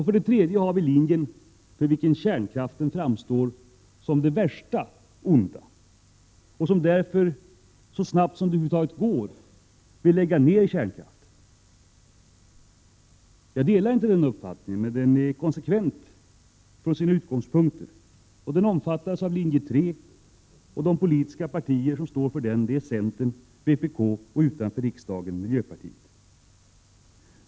För det tredje har vi linjen för vilken kärnkraften framstår som det värsta onda och som därför, så snabbt som det över huvud taget går, vill lägga ner kärnkraften. Jag delar inte det synsättet, men linjen är konsekvent från sina utgångspunkter. Den omfattades av Linje 3 och av de politiska partier som stod för den — det är centern och vpk och, utanför riksdagen, miljöpartiet.